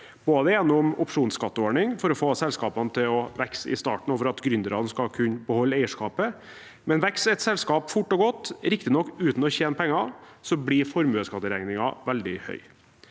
både gjennom opsjonsskatteordning for å få selskapene til å vokse i starten og for at gründerne skal kunne beholde eierskapet, men vokser et selskap fort og godt, riktignok uten å tjene penger, blir formuesskatteregningen veldig høy.